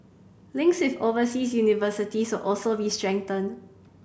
links with overseas universities will also be strengthened